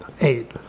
eight